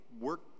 work